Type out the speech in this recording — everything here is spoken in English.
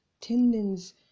tendons